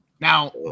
Now